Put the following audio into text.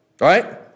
right